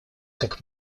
как